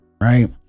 Right